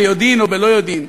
ביודעין או בלא ביודעין,